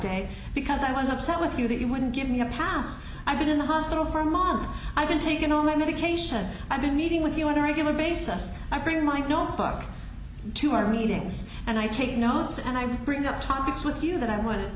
day because i was upset with you that you wouldn't give me a pass i've been in the hospital for a month i've been taking all my medication i've been meeting with you want a regular basis i bring my notebook to our meetings and i take notes and i bring up topics with you that i want to